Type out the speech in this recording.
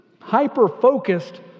hyper-focused